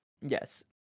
Yes